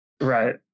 right